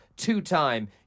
Two-time